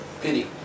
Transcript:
Pity